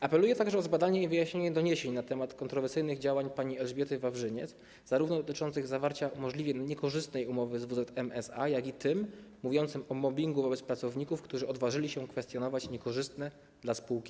Apeluję także o zbadanie i wyjaśnienie doniesień nt. kontrowersyjnych działań pani Elżbiety Wawrzyniec, zarówno dotyczących zawarcia możliwie niekorzystnej umowy z WZM SA, jak i mówiących o mobbingu wobec pracowników, którzy odważyli się kwestionować działania niekorzystne dla spółki.